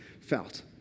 felt